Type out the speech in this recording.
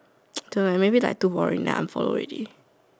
don't know leh maybe like too boring then I unfollow already